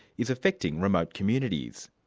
is affecting remote communities.